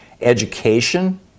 education